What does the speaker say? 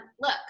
look